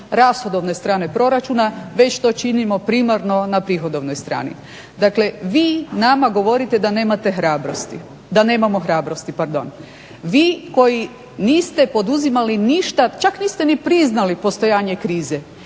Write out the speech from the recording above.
rashodovne strane proračuna već to činimo primarno na prihodovnoj strani. Dakle, vi nama govorite da nemate hrabrosti, da nemamo hrabrosti pardon. Vi koji niste poduzimali ništa, čak niste ni priznali ni postojanje krize